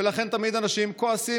ולכן תמיד אנשים כועסים,